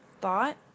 thought